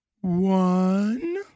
One